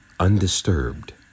undisturbed